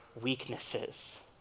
weaknesses